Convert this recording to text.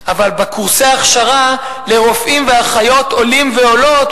אבל בקורסי ההכשרה לרופאים ואחיות עולים ועולות,